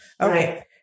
Okay